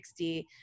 60